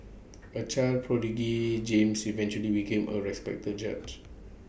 A child prodigy James eventually became A respected judge